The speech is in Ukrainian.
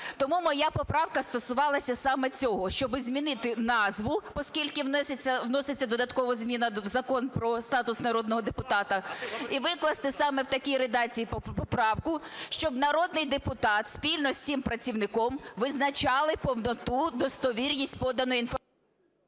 Тому моя поправка стосувалася саме цього, щоби змінити назву, оскільки вноситься додатково зміна в Закон про статус народного депутата, і викласти саме в такій редакції поправку, щоб народний депутат спільно з цим працівником визначали повноту, достовірність поданої… ГОЛОВУЮЧИЙ.